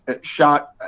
shot